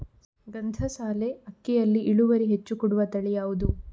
ಗಂಧಸಾಲೆ ಅಕ್ಕಿಯಲ್ಲಿ ಇಳುವರಿ ಹೆಚ್ಚು ಕೊಡುವ ತಳಿ ಯಾವುದು?